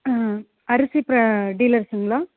அரிசி டீலர்ஸுங்ளா